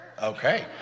Okay